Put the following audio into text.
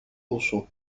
uszu